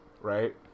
Right